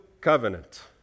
covenant